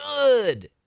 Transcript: good